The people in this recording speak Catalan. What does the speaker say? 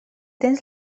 tens